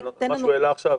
לגבי מה שהוא העלה עכשיו.